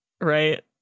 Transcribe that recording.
right